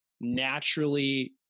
naturally